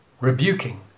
rebuking